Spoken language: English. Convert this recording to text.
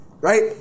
Right